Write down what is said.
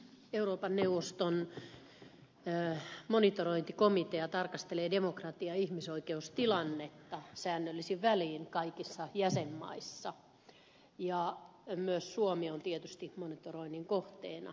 euroopan neuvoston monitorointikomitea tarkastelee demokratia ja ihmisoikeustilannetta säännöllisin välein kaikissa jäsenmaissa ja myös suomi on tietysti monitoroinnin kohteena